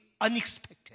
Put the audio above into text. unexpected